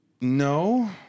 No